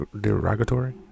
derogatory